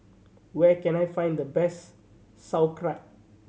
where can I find the best Sauerkraut